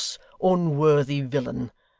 unworthy villain.